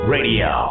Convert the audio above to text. Radio